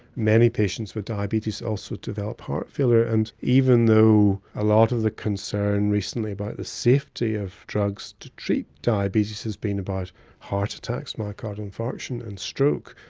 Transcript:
many patients with diabetes also develop heart failure and even though a lot of the concern recently about the safety of drugs to treat diabetes has been about heart attacks, myocardial infarction, and stroke,